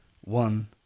one